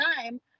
time